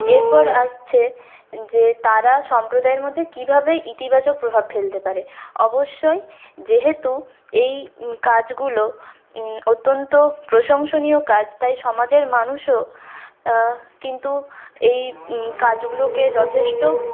এরপর আসছে যে তারা সম্প্রদায়ের মধ্যে কীভাবে ইতিবাচক প্রভাব ফেলতে পারে অবশ্যই যেহেতু এই কাজগুলো অত্যন্ত প্রশংসনীয় কাজ তাই সমাজের মানুষও কিন্তু এই কাজগুলোকে যথেষ্ট